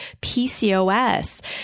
PCOS